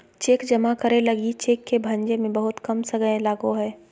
cheque जमा करे लगी लगी चेक के भंजे में बहुत कम समय लगो हइ